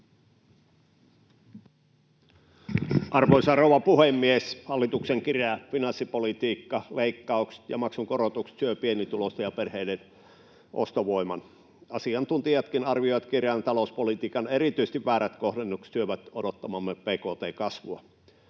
Arvoisa rouva puhemies! Hallituksen kireä finanssipolitiikka, leikkaukset ja maksun korotukset syövät pienituloisten ja perheiden ostovoiman. Asiantuntijatkin arvioivat, että kireän talouspolitiikan erityisesti väärät kohdennukset syövät odottamamme bkt:n kasvua.